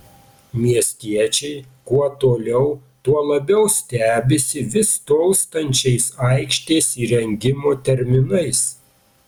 miestiečiai kuo toliau tuo labiau stebisi vis tolstančiais aikštės įrengimo terminais